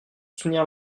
soutenir